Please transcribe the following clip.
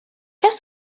qu’est